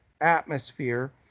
atmosphere